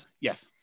Yes